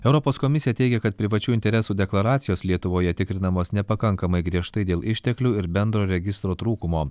europos komisija teigia kad privačių interesų deklaracijos lietuvoje tikrinamos nepakankamai griežtai dėl išteklių ir bendro registro trūkumo